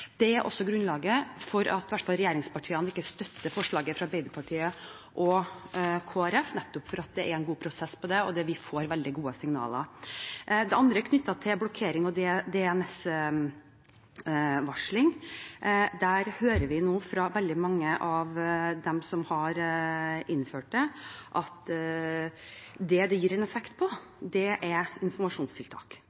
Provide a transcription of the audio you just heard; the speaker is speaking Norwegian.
Det er også grunnlaget for at i hvert fall regjeringspartiene ikke støtter forslaget fra Arbeiderpartiet og Kristelig Folkeparti, nettopp fordi det er en god prosess for det, og der vi får veldig gode signaler. Det andre er knyttet til blokkering og DNS-varsling. Vi hører nå fra veldig mange av dem som har innført det, at det det gir en effekt på,